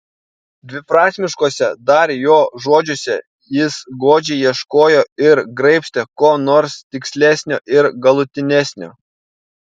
dviprasmiškuose dar jo žodžiuose jis godžiai ieškojo ir graibstė ko nors tikslesnio ir galutinesnio